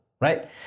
right